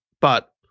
but-